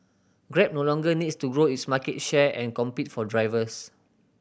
grab no longer needs to grow its market share and compete for drivers